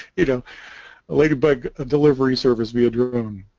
you know ladybug ah delivery service build your own